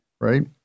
right